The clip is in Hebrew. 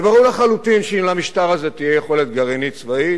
וברור לחלוטין שאם למשטר הזה תהיה יכולת גרעינית צבאית,